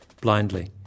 blindly